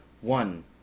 one